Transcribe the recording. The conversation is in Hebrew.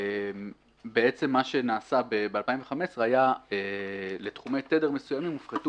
בעצם ב-2015 לתחומי תדר מסוימים הופחתו